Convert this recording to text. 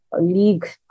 league